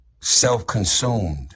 self-consumed